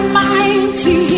mighty